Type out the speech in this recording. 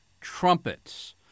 trumpets